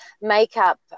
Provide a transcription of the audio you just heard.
makeup